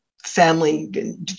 family